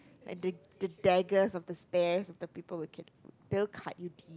and the the daggers of the stares of the people who can they'll cut you deep